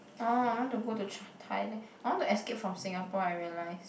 oh I want to go to Cha~ Thailand I want to escape from Singapore I realize